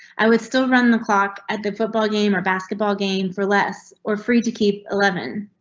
i would still run the clock at the football game or basketball game for less or free to keep eleven.